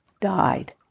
died